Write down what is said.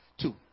Two